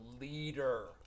leader